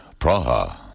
Praha